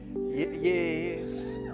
yes